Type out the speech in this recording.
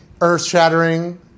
earth-shattering